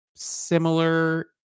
Similar